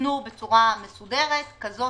ניתנו בצורה מסודרת כזו